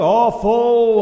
awful